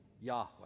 Yahweh